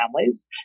families